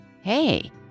Hey